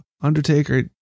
Undertaker